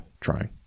trying